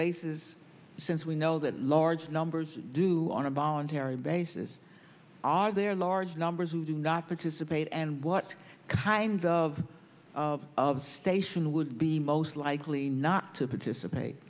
basis since we know that large numbers do on a voluntary basis are there large numbers who do not participate and what kinds of of of station would be most likely not to participate